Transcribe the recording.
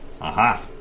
Aha